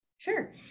Sure